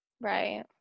Right